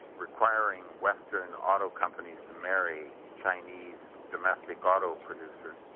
requiring western auto companies to marry chinese domestic auto producers,